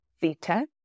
Theta